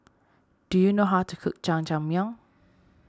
do you know how to cook Jajangmyeon